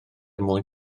mwyn